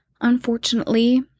unfortunately